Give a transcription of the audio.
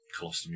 colostomy